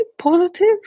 positive